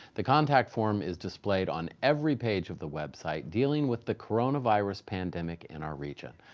the contact form is displayed on every page of the website dealing with the coronavirus pandemic in our region.